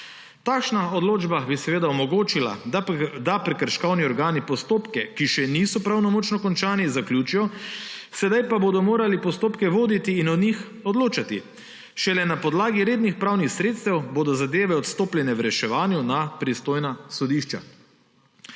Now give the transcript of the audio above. Takšna odločba bi seveda omogočila, da prekrškovni organi postopke, ki še niso pravnomočno končani, zaključijo. Sedaj pa bodo morali postopke voditi in o njih odločati. Šele na podlagi rednih pravnih sredstev bodo zadeve odstopljene v reševanje na pristojna sodišča.